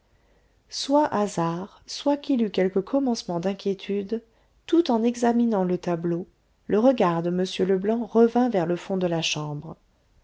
soit hasard soit qu'il eût quelque commencement d'inquiétude tout en examinant le tableau le regard de m leblanc revint vers le fond de la chambre